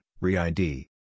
RE-ID